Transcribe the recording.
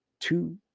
two